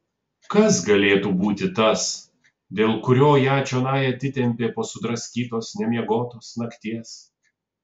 kas galėtų būti tas dėl kurio ją čionai atitempė po sudraskytos nemiegotos nakties